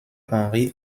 henry